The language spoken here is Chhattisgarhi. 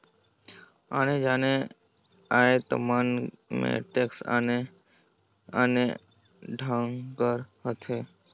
आने आने जाएत मन में टेक्स आने आने ढंग कर होथे